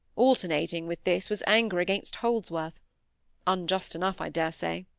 alternating with this was anger against holdsworth unjust enough, i dare say.